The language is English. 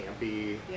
campy